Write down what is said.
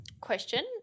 question